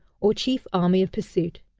or chief army of pursuit.